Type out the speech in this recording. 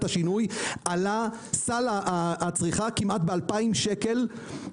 השינוי עלה סל הצריכה כמעט ב-2,000 שקל,